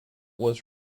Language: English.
was